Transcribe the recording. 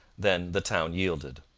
then the town yielded.